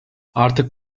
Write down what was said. artık